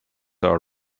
are